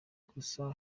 gusa